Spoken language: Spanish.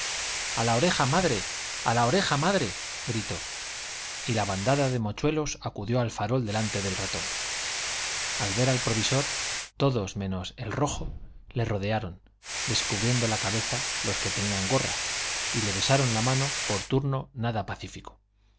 a la oreja madre a la oreja madre gritó y la bandada de mochuelos acudió al farol delante del ratón al ver al provisor todos menos el rojo le rodearon descubriendo la cabeza los que tenían gorra y le besaron la mano por turno nada pacífico